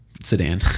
Sedan